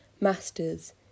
Masters